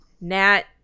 Nat